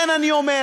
לכן אני אומר,